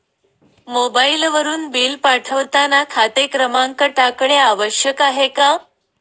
मोबाईलवरून बिल पाठवताना खाते क्रमांक टाकणे आवश्यक आहे का?